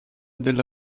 della